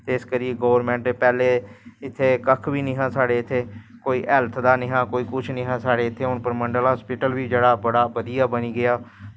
इस करियै गौरमैंट ने पैह्लें इत्थें कक्ख बी नेंई हा साढ़े इत्थें कोई हैल्थ दा नेंई हा कोई कुछ नी हा साढ़े इत्थै हून परमंडल हस्पिटल बी जेह्ड़ा बड़ा बधिया बनी गेआ